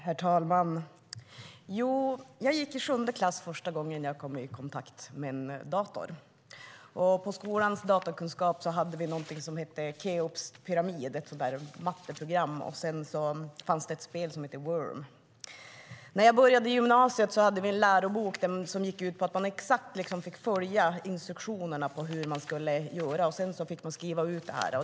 Herr talman! Jag gick i sjunde klass första gången jag kom i kontakt med en dator. På skolans datakunskap hade vi något som hette Keops pyramid, ett matteprogram, och ett spel som hette Worms. När jag började gymnasiet hade vi en lärobok som gick ut på att man exakt fick följa instruktionerna för hur man skulle göra, och sedan fick man skriva ut det.